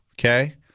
Okay